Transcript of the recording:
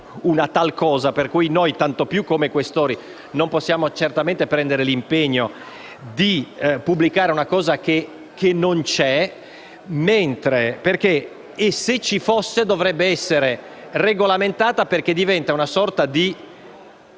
per cui noi, tanto più come Questori, non possiamo certamente prendere l'impegno di pubblicare qualcosa che non c'è. E se ci fosse, dovrebbe essere regolamentata, perché diventa una sorta di